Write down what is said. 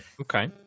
okay